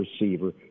receiver